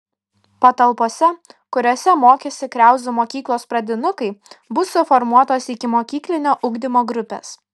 patalpose kuriose mokėsi kriauzų mokyklos pradinukai bus suformuotos ikimokyklinio ugdymo grupės